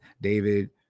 david